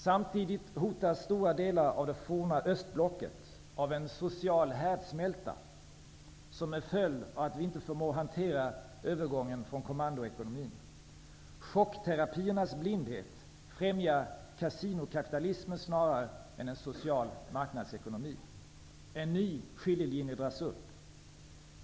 Samtidigt hotas stora delar av det forna östblocket av en social härdsmälta, som en följd av att vi inte förmår hantera övergången från kommandoekonomi. Chockterapiernas blindhet främjar kasinokapitalismen snarare än en social marknadsekonomi. En ny skiljelinje dras upp.